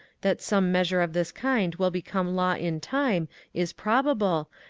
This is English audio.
that some measure of this kind will become law in time is proba ble,